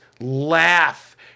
laugh